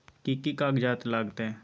कि कि कागजात लागतै?